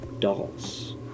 dolls